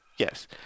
Yes